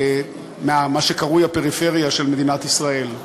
מה שקרוי הפריפריה של מדינת ישראל,